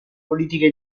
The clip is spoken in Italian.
politica